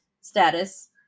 status